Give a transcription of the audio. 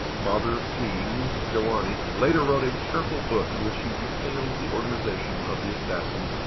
father of kings jawani, later wrote a careful book in which he detailed the organization of the assassins,